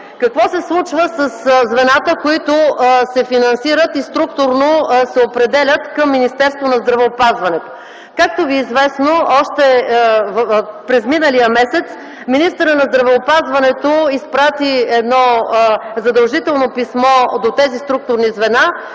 Какво се случва със звената, които се финансират и структурно се определят към Министерството на здравеопазването? Както ви е известно, още през миналия месец министърът на здравеопазването изпрати едно задължително писмо до тези структурни звена